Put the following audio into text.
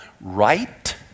right